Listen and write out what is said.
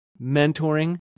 mentoring